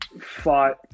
fought